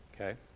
Okay